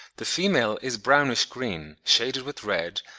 the female is brownish-green, shaded with red,